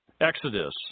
Exodus